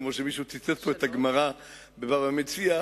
כמו שמישהו ציטט פה את הגמרא בבבא מציעא: